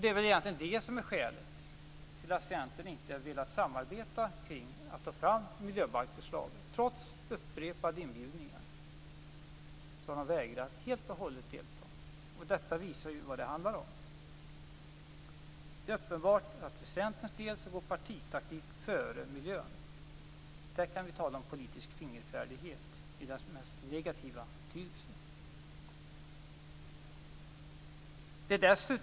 Det är väl egentligen det som är skälet till att Centern inte har velat samarbeta om att ta fram miljöbalksförslaget. Trots upprepade inbjudningar har man helt och hållet vägrat att delta. Detta visar vad det handlar om. Det är uppenbart att för Centerns del går partitaktik före miljön. Där kan vi tala om politisk fingerfärdighet i dess mest negativa betydelse.